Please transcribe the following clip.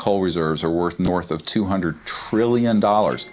coal reserves are worth north of two hundred trillion dollars